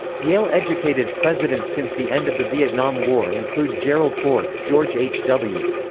yale-educated presidents since the end of the vietnam war include gerald ford, george h w.